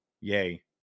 Yay